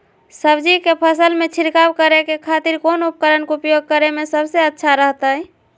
सब्जी के फसल में छिड़काव करे के खातिर कौन उपकरण के उपयोग करें में सबसे अच्छा रहतय?